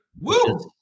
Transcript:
Woo